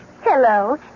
Hello